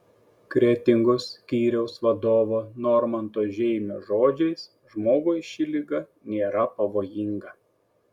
kretingos skyriaus vadovo normanto žeimio žodžiais žmogui ši liga nėra pavojinga